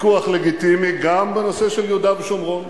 ויכוח לגיטימי גם בנושא של יהודה ושומרון,